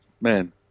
man